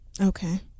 Okay